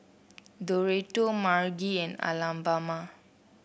Doretta Margy and Alabama